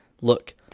look